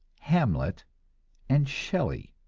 hamlet and shelley.